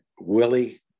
Willie